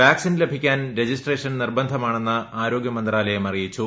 vaccine ലഭിക്കാൻ registration നിർബന്ധമാണെന്ന് ആരോഗ്യമന്ത്രാലയം അറിയിച്ചു